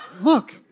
Look